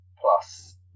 plus